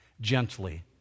gently